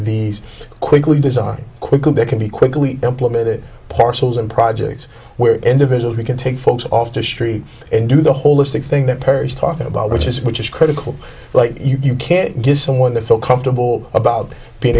these quickly design quickly they can be quickly implemented parcels and projects where individuals we can take folks off the street and do the holistic thing that perry's talking about which is which is critical but you can't get someone to feel comfortable about being